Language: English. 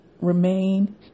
remain